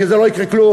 כי מזה לא יקרה כלום.